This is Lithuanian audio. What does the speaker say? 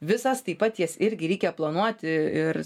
visas taip pat jas irgi reikia planuoti ir